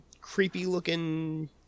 creepy-looking